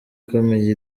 ikomeye